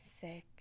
sick